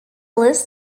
list